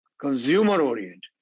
consumer-oriented